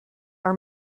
are